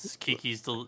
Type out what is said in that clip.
Kiki's